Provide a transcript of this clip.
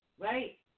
Right